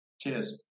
cheers